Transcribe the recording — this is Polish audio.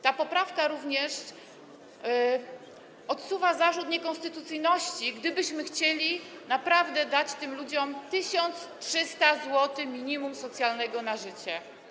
Ta poprawka również odsuwa zarzut niekonstytucyjności, gdybyśmy chcieli naprawdę dać tym ludziom 1300 zł minimum socjalnego na życie.